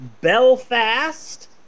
Belfast